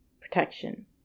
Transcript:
protection